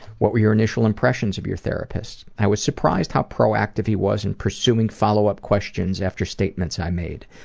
what were your initial impressions of your therapist? i was surprised how proactive he was in pursuing follow-up questions after statements i made.